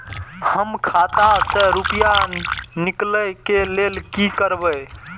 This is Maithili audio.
हम खाता से रुपया निकले के लेल की करबे?